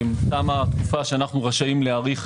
תמה התקופה שאנו רשאים להאריך